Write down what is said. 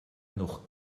noch